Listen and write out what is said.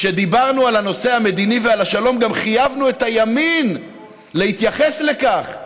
כשדיברנו על הנושא המדיני ועל השלום גם חייבנו את הימין להתייחס לכך.